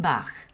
Bach